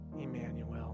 Emmanuel